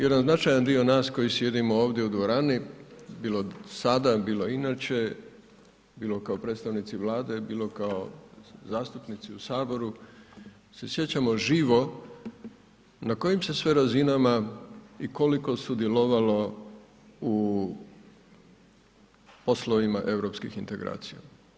Jedan značajan dio nas koji sjedimo ovdje u dvorani, bilo sada bilo inače, bilo kao predstavnici Vlade, bilo kao zastupnici u Saboru se sjećamo živo na kojim se sve razinama i koliko sudjelovalo u poslovima europskih integracija.